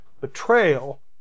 betrayal